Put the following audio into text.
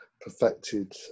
perfected